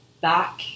back